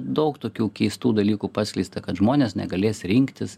daug tokių keistų dalykų paskleista kad žmonės negalės rinktis